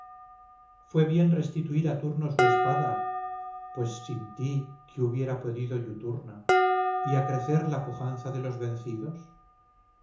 fue bien restituir a turno su espada pues sin ti que hubiera podido iuturna y acrecer la pujanza de los vencidos